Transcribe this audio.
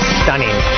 stunning